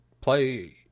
play